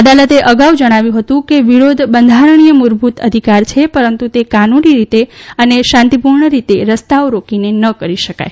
અદાલતે અગાઉ જણાવ્યું હતું કે વિરોધ બંધારણીય મૂળભૂત અધિકાર છે પરંતુ તે કાનૂની રીતે અને શાંતિપૂર્ણ રીતે રસ્તાઓ રોકીને ન કરી શકાય